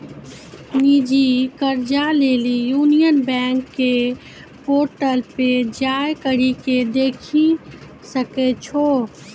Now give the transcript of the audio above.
निजी कर्जा लेली यूनियन बैंक के पोर्टल पे जाय करि के देखै सकै छो